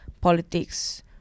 politics